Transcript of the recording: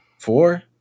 Four